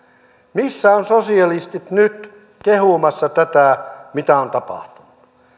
missä ovat sosialistit nyt kehumassa tätä mitä on tapahtunut